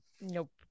nope